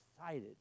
excited